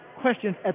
questions